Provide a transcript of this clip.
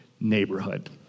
neighborhood